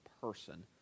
person